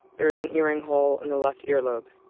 there is an earring hole in the left earlobe.